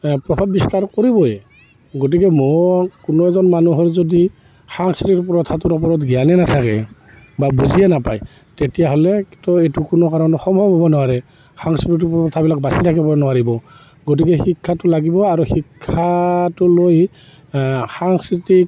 প্ৰভাৱ বিস্তাৰ কৰিবই গতিকে মোৰ কোনো এজন মানুহৰ যদি সাংস্কৃতিক প্ৰথাটোৰ ওপৰত জ্ঞানেই নাথাকে বা বুজিয়ে নাপায় তেতিয়াহ'লেতো এইটো কোনো কাৰণৰ সম্ভৱ হ'ব নোৱাৰে সাংস্কৃতিক প্ৰথাবিলাক বাচি থাকিব নোৱাৰিব গতিকে শিক্ষাটো লাগিব আৰু শিক্ষাটো লৈ সাংস্কৃতিক